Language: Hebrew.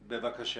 בבקשה.